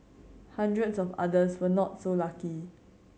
hundreds of others were not so lucky